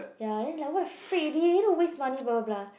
ya then like what the freak already don't waste money bla bla bla